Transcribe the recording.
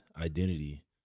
identity